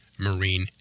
marine